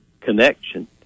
connection